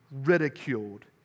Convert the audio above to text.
ridiculed